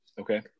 Okay